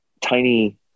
tiny